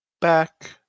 back